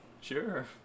Sure